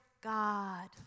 God